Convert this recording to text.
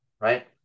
Right